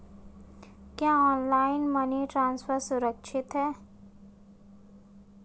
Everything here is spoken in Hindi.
क्या ऑनलाइन मनी ट्रांसफर सुरक्षित है?